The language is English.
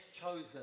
chosen